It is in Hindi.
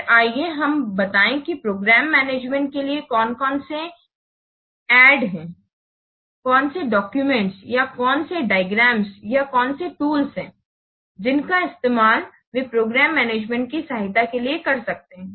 फिर आइए हम बताएं कि प्रोग्राम मैनेजमेंट के लिए कौन कौन से ऐड हैं कौन से डॉक्यूमेंट या कौन से डायग्राम या कौन से टूल हैं जिनका इस्तेमाल वे प्रोग्राम मैनेजमेंट की सहायता के लिए कर सकते हैं